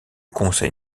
conseil